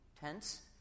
tense